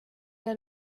der